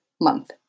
month